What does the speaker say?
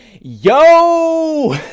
Yo